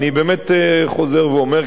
אני באמת חוזר ואומר,